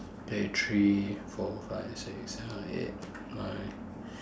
there three four five six seven eight nine